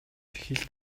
хил